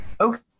Okay